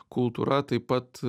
kultūra taip pat